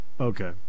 Okay